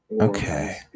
okay